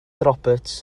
roberts